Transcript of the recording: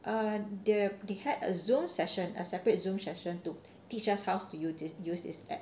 err there they had a zoom session a separate zoom session to teach us how to use use this app